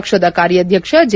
ಪಕ್ಷದ ಕಾರ್ಯಾಧ್ಯಕ್ಷ ಜೆ